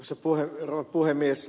arvoisa rouva puhemies